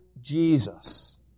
Jesus